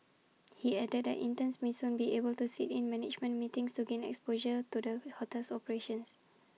he added that interns may soon be able to sit in management meetings to gain exposure to the hotel's operations